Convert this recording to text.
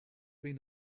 been